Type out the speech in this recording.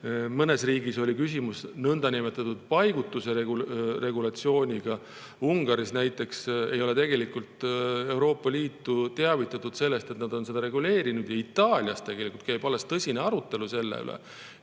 Mõnes riigis oli küsimus nõndanimetatud paigutuse regulatsioonis. Ungari ei ole Euroopa Liitu teavitanud sellest, et nad on seda reguleerinud. Ja Itaalias tegelikult käib alles tõsine arutelu selle üle.